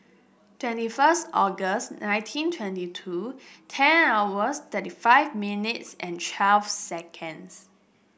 twenty first August nineteen twenty two ten hours thirty five minutes and twelve seconds